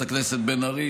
הכנסת בן ארי,